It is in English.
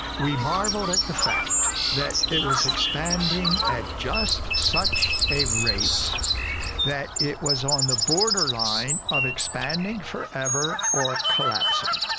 we marveled at the fact that it was expanding at just such a rate that it was on the borderline of expanding forever or collapsing.